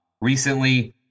Recently